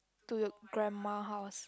to your grandma house